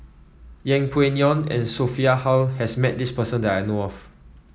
Yeng Pway Ngon and Sophia Hull has met this person that I know of